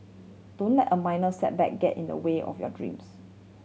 don't a minor setback get in the way of your dreams